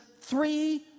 three